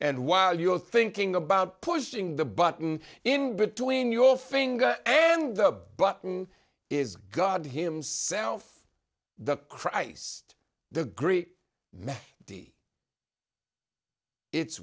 and while you're thinking about pushing the button in between your finger and the button is god himself the christ the greet me it's